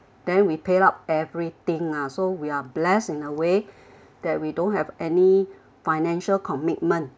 then we paid up everything ah so we are blessed in a way that we don't have any financial commitment